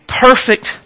perfect